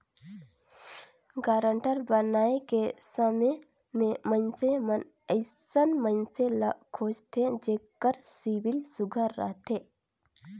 guarantor बनाए के समे में मइनसे मन अइसन मइनसे ल खोझथें जेकर सिविल सुग्घर रहथे